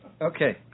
Okay